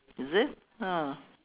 is it ah